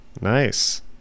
nice